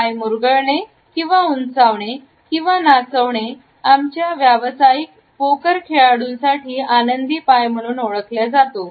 पाय मुरगळणे किंवा उंचावणे किंवा नाचवणे आमच्या व्यावसायिक पोकर खेळाडूंसाठी आनंदी पाय म्हणून ओळखल्या जातो